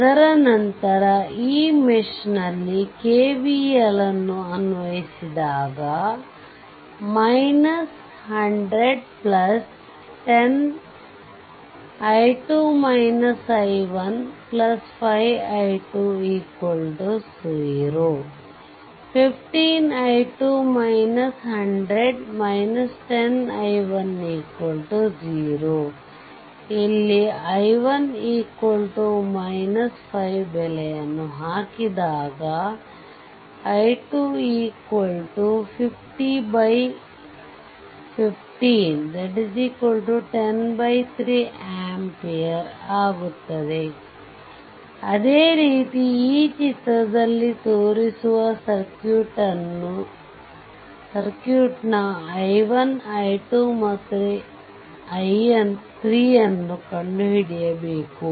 ಅದರ ನಂತರ ಈ ಮೇಶ್ ನಲ್ಲಿ KVL ಅನ್ನು ಅನ್ವಯಿಸಿದಾಗ 100 105i20 15i2 100 10 i10 ಇಲ್ಲಿ i1 5 ಬೆಲೆಯನ್ನು ಹಾಕಿದಾಗ i25015 103 amps ಇದು ಉತ್ತರ ಅದೇ ರೀತಿ ಈ ಚಿತ್ರದಲ್ಲಿ ತೋರಿಸಿರುವ ಸರ್ಕ್ಯೂಟ್ನ i1 i2 ಮತ್ತು i3 ಅನ್ನು ಕಂಡು ಹಿಡಿಯಬೇಕು